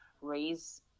raise